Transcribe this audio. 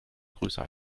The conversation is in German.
größer